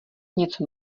něco